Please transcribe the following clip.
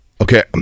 Okay